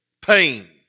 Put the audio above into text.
pain